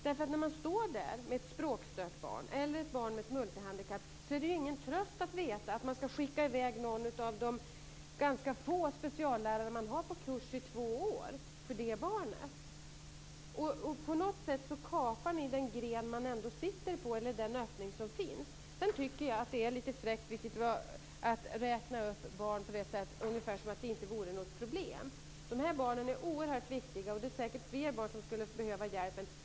När man står där med ett språkstört barn eller ett barn med ett multihandikapp är det ingen tröst att veta att någon av de ganska få speciallärare som finns ska skickas i väg på kurs i två år för det barnet. På något sätt kapar ni den gren man sitter på, eller den öppning som finns. Det är lite fräckt att räkna upp barn på detta sätt som om det inte vore något problem. Dessa barn är oerhört viktiga. Det är säkert fler barn som skulle behöva hjälp.